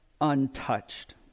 untouched